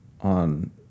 on